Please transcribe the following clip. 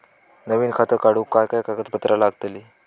नवीन खाता काढूक काय काय कागदपत्रा लागतली?